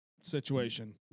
situation